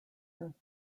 earth